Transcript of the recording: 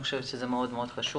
אני חושבת שזה נושא מאוד מאוד חשוב.